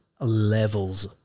levels